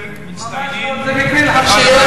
שני ראשי עיר מצטיינים אחד אחרי השני.